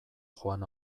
joan